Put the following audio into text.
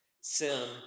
sin